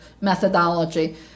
methodology